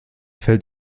fällt